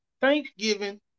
Thanksgiving